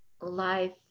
life